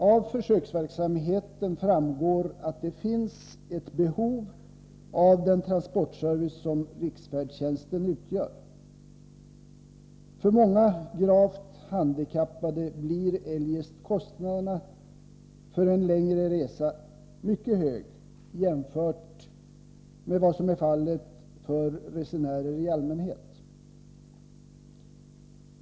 Av försöksverksamheten framgår att det finns ett behov av den transportservice som riksfärdtjänsten utgör. För många gravt handikappade blir eljest kostnaderna för en längre resa mycket höga jämfört med vad som är fallet för resenärer i allmänhet.